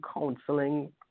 Counseling